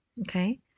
okay